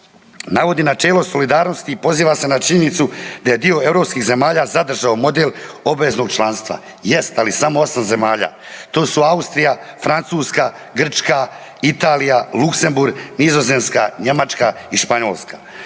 navodi načelo solidarnosti i poziva se na činjenicu da je dio europskih zemalja zadržao model obveznog članstva. Jest ali samo 8 zemalja to su Austrija, Francuska, Grčka, Italija, Luxemburg, Nizozemska, Njemačka i Španjolska.